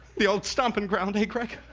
the old stomping ground, ey greg?